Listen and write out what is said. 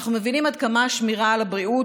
אנחנו מבינים עד כמה השמירה על הבריאות